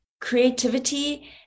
creativity